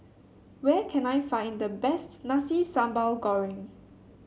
where can I find the best Nasi Sambal Goreng